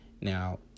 Now